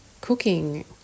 cooking